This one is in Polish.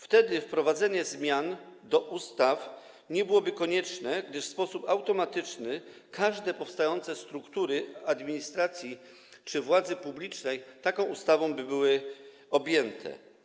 Wtedy wprowadzanie zmian do ustawy nie byłoby konieczne, gdyż w sposób automatyczny wszystkie powstające struktury administracji czy władzy publicznej taką ustawą byłyby objęte.